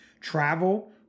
Travel